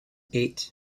eight